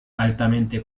altamente